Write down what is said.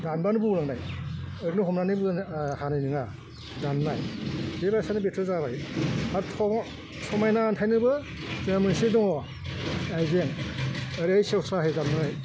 दानबानो बौलांनाय ओरैनो हमनानै बो हानाय नङा दाननाय बे बायदिनो बेथ' जाबाय दा थ' समायना थायनोबो जोंहा मोनसे दङ आइजें ओरै सेवस्राहै दाननाय